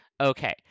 Okay